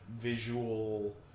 visual